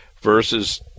versus